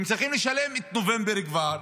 הם צריכים לשלם את נובמבר כבר,